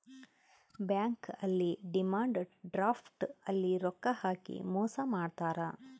bank ಅಲ್ಲಿ demand draft ಅಲ್ಲಿ ರೊಕ್ಕ ಹಾಕಿ ಮೋಸ ಮಾಡ್ತಾರ